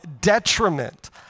detriment